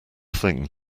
thing